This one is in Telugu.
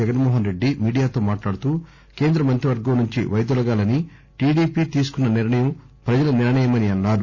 జగన్మోహనరెడ్డి మీడియాతో మాట్లాడుతూ కేంద్ర మంత్రివర్గం నుంచి వైదొలగాలని టిడిపి తీసుకునన నిర్ణయం ప్రజల నిర్ణయమని అన్నారు